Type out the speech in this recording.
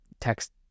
text